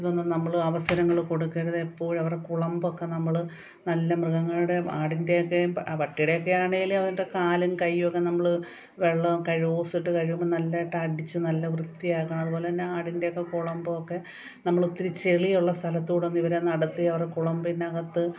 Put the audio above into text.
ഇതൊന്നും നമ്മള് അവസരങ്ങള് കൊടുക്കരുത് എപ്പോഴും അവരെ കുളമ്പോക്കെ നമ്മള് നല്ല മൃഗങ്ങളുടെയും ആടിൻറ്റെയൊക്കെ പട്ടിയുടെയൊക്കെ ആണേല് അവരുടെ കാലും കയ്യും ഒക്കെ നമ്മള് വെള്ളം കഴുക് ഓസിട്ട് കഴുകും നല്ലായിട്ട് അടിച്ച് നല്ല വൃത്തിയാക്കണം അതുപോലെതന്നെ അതിൻറ്റെയൊക്കെ കൊളമ്പോക്കെ നമ്മള് ഒത്തിരി ചെളിയുള്ള സ്ഥലത്തൂടൊന്ന് ഇവരെ നടത്തി അവരുടെ കുളമ്പിന്നകത്ത്